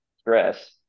stress